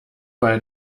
bei